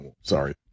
sorry